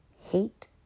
hate